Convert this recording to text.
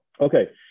Okay